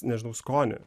nežinau skonį